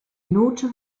note